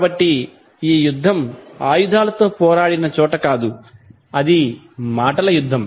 కాబట్టి ఈ యుద్ధం ఆయుధాలతో పోరాడిన చోట కాదు అది మాటల యుద్ధం